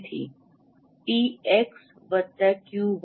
તેથી px qy d